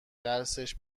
درسش